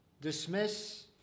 dismiss